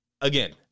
again